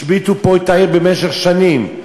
השביתו פה את העיר במשך שנים,